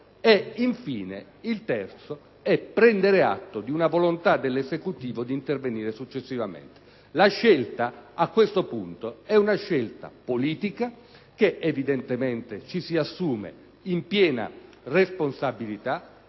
e, infine, la terza è quella di prendere atto di una volontà dell'Esecutivo di intervenire successivamente. La scelta a questo punto è una scelta politica, che evidentemente ci si assume in piena responsabilità.